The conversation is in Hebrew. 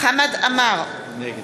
חמד עמאר,